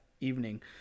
evening